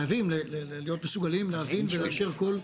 חייבים להיות מסוגלים להבין ולאשר כל רכיב.